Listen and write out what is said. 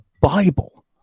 Bible